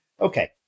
Okay